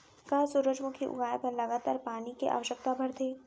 का सूरजमुखी उगाए बर लगातार पानी के आवश्यकता भरथे?